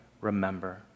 remember